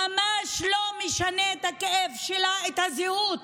ממש לא משנה בכאב שלה מה הזהות